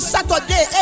Saturday